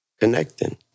connecting